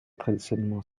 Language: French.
traditionnellement